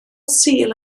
sul